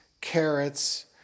carrots